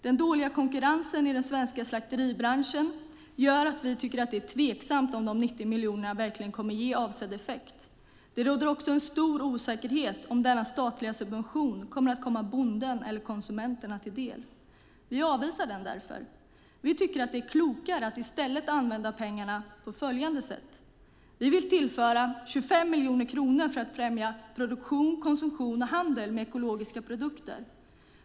Den dåliga konkurrensen i den svenska slakteribranschen gör att vi anser att det är tveksamt om de 90 miljonerna verkligen kommer att ge avsedd effekt. Det råder också stor osäkerhet om huruvida denna statliga subvention kommer att komma bonden eller konsumenterna till del. Vi avvisar den därför. Vi tycker att det är klokare att i stället använda pengarna på följande sätt: Vi vill tillföra 25 miljoner kronor för att främja produktion, konsumtion och handel med ekologiska produkter.